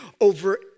over